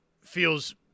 feels